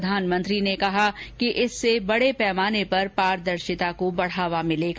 प्रधानमंत्री ने कहा कि इससे बड़े पैमाने पर पारदर्शिता को बढ़ावा मिलेगा